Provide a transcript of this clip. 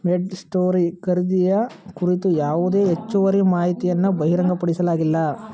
ಮೆಡ್ story ಖರ್ದಿಯ ಕುರಿತು ಯಾವುದೇ ಹೆಚ್ಚುವರಿ ಮಾಹಿತಿಯನ್ನು ಬಹಿರಂಗಪಡಿಸಲಾಗಿಲ್ಲ